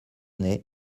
nez